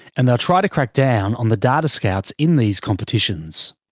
and they'll try to crack down on the data scouts in these competitions.